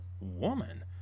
woman